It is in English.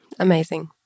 amazing